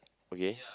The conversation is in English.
okay